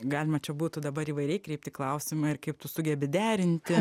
galima čia būtų dabar įvairiai kreipti klausimą ir kaip tu sugebi derinti